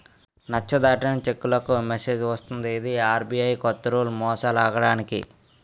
నచ్చ దాటిన చెక్కులకు మెసేజ్ వస్తది ఇది ఆర్.బి.ఐ కొత్త రూల్ మోసాలాగడానికి